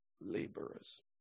laborers